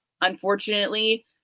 unfortunately